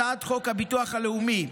הצעת חוק הביטוח הלאומי,